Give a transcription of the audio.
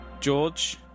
George